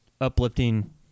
uplifting